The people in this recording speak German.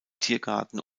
tiergarten